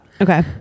okay